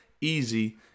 easy